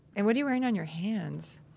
and what are you wearing on your hands?